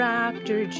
Raptor